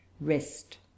rest